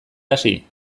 hasi